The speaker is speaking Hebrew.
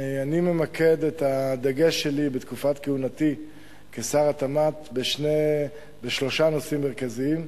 אני ממקד את הדגש שלי בתקופת כהונתי כשר התמ"ת בשלושה נושאים מרכזיים: